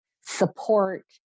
support